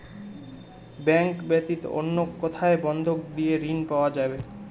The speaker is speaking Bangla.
ব্যাংক ব্যাতীত অন্য কোথায় বন্ধক দিয়ে ঋন পাওয়া যাবে?